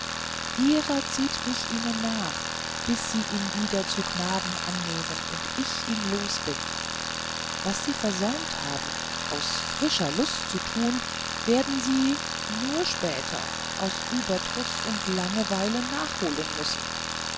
ihrer zieht mich ihnen nach bis sie ihn wieder zu gnaden annehmen und ich ihn los bin was sie versäumt haben aus frischer lust zu tun werden sie nur zu spät aus überdruß und langeweile nachholen müssen